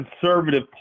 conservative